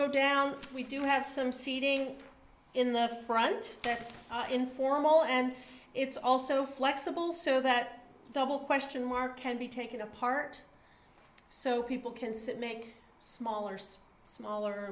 go down we do have some seating in the front that's informal and it's also flexible so that double question mark can be taken apart so people can make smaller size smaller